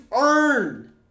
earn